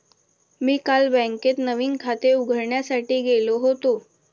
मी काल बँकेत नवीन खाते उघडण्यासाठी गेलो होतो